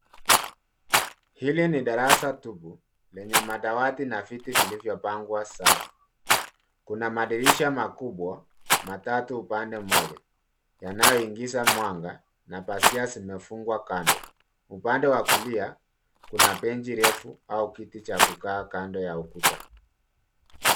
Hili ni darasa tupu lenye madawati na viti vilivyopangwa safu, kuna madirisha makubwa matatu upande mmoja yanayoingiza mwanga na pazia zimefungwa kando. Upande wa kulia kuna benchi refu au kiti cha kukaa kando ya ukuta.